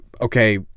Okay